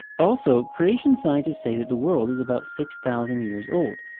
also, creation scientists say that the world is about six thousand years old.